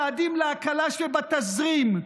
צעדים להקלה שבתזרים.